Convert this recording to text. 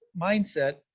mindset